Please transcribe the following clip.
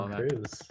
Cruise